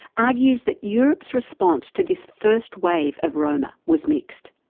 argues that europe's response to this first wave of roma was mixed,